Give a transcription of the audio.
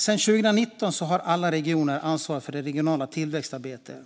Sedan 2019 har alla regioner ansvar för det regionala tillväxtarbetet.